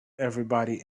everybody